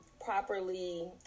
properly